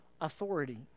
authority